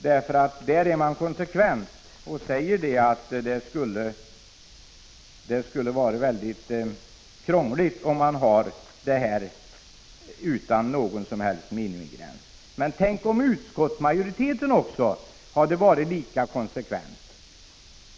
Där är man konsekvent och säger att det skulle vara väldigt krångligt om man inte har någon som helst minimigräns. Tänk om utskottsmajoriteten också hade varit lika konsekvent!